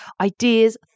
ideas